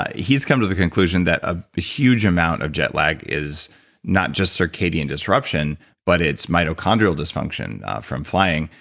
ah he's come to the conclusion that a huge amount of jet lag is not just circadian disruption but it's mitochondrial disfunction from flying.